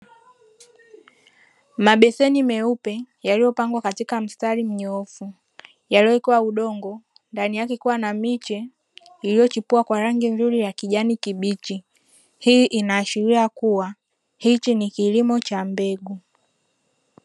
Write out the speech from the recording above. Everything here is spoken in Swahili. Mabeseni meupe, yaliyopangwa katika mistari mnyoofu, yaliyowekwa udongo, ndani yake kuwa na miche iliyochipuwa kwa rangi nzuri ya kijani kibichi. Hii inaashiria kuwa hiki ni kilimo cha mbegu.